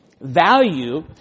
value